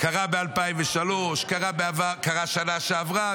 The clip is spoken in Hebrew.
זה קרה ב-2003, וקרה בשנה שעברה.